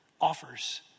offers